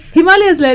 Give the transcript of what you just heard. Himalayas